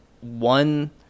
one